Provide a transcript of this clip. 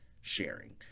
sharing